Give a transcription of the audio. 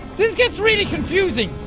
this gets really confusing